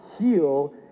heal